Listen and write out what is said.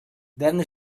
then